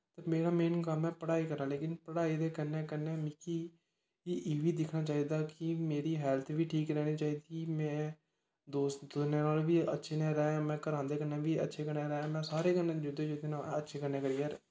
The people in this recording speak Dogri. मेरा मेन कम्म ऐ पढ़ाई करना लेकिन पढ़ाई दे कन्नै कन्नै मिगी एह् बी दिक्खना चाहिदा कि मेरी हैल्थ बी ठीक रैह्नी चाहिदी में दोस्तें नाल बी अच्छे ने रैंह् में घरै दे कन्नै रैंह् में सारें कन्नै अच्छे कन्नै करियै